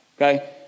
Okay